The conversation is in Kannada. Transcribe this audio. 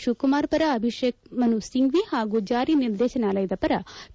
ಶಿವಕುಮಾರ್ ಪರ ಅಭಿಷೇಕ್ ಮನು ಸಿಂಫ್ಟಿ ಹಾಗೂ ಜಾರಿ ನಿರ್ದೇಶನಾಲಯದ ಪರ ಕೆ